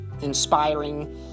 inspiring